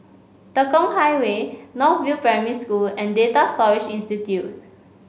Tekong Highway North View Primary School and Data Storage Institute